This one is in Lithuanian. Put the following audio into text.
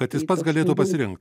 kad jis pats galėtų pasirinkt